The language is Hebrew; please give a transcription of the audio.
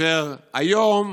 היום,